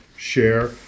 share